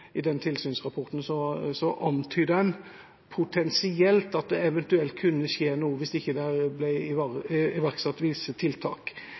potensielt at det kunne skje noe hvis det ikke ble iverksatt visse tiltak. Men det er